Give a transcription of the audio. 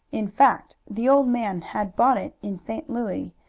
in fact, the old man had bought it in st. louis,